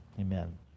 Amen